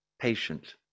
patient